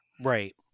Right